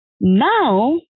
Now